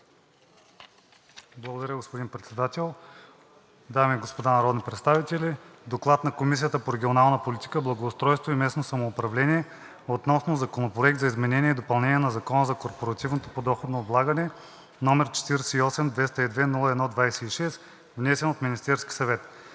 Благодаря, господин Председател. Дами и господа народни представители! „ДОКЛАД на Комисията по регионална политика, благоустройство и местно самоуправление относно Законопроект за изменение и допълнение на Закона за корпоративното подоходно облагане, № 48-202-01-26, внесен от Министерския съвет